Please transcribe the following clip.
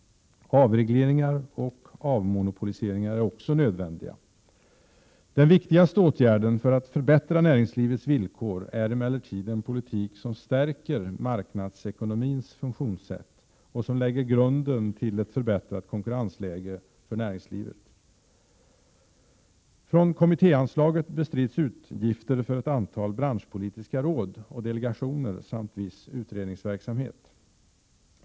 Avregleringar och avmonopoliseringar är också nödvändiga. Den viktigaste åtgärden för att förbättra näringslivets villkor är emellertid en politik som stärker marknadsekonomins funktionssätt och som lägger grunden till ett förbättrat konkurrensläge för näringslivet. Från kommittéanslaget bestrids utgifter för ett antal branschpolitiska råd och delegationer samt viss utredningsverksamhet.